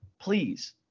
Please